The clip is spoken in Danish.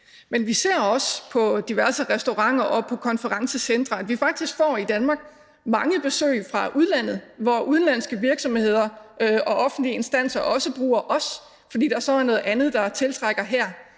Men vi ser også på diverse restauranter og konferencecentre, at vi i Danmark faktisk får mange besøg fra udlandet, hvor udenlandske virksomheder og offentlige instanser bruger os, fordi der så er noget andet, der tiltrækker dem